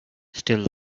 still